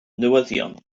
newyddion